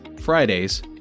fridays